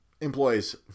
employees